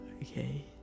Okay